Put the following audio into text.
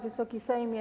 Wysoki Sejmie!